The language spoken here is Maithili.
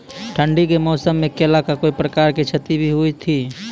ठंडी के मौसम मे केला का कोई प्रकार के क्षति भी हुई थी?